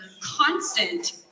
constant